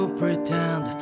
pretend